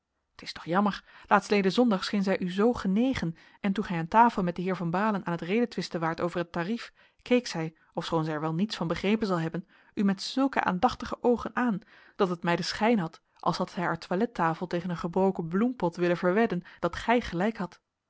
t is toch jammer laatstleden zondag scheen zij u zoo genegen en toen gij aan tafel met den heer van baalen aan t redetwisten waart over het tarief keek zij ofschoon zij er wel niets van begrepen zal hebben u met zulke aandachtige oogen aan dat het mij den schijn had als had zij haar toilettafel tegen een gebroken bloempot willen verwedden dat gij gelijk hadt